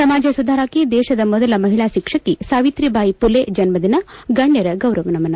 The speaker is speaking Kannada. ಸಮಾಜ ಸುಧಾರಕಿ ದೇಶದ ಮೊದಲ ಮಹಿಳಾ ಶಿಕ್ಷಕಿ ಸಾವಿತ್ರಿಬಾಯಿ ಮಲೆ ಜನ್ನದಿನ ಗಣ್ಣರ ಗೌರವ ನಮನ